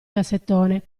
cassettone